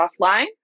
offline